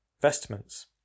vestments